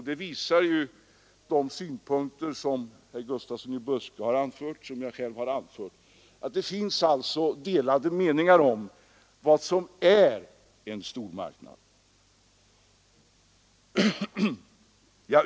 De synpunkter som herr Gustafsson i Byske har anfört och de som jag själv har anfört visar ju att det finns delade meningar om vad som är en stormarknad.